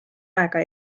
aega